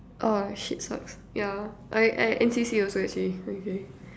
oh shit sucks yeah I I N_C_C also actually okay